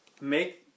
make